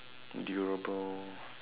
durable